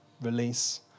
release